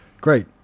great